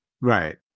Right